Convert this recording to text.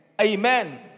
Amen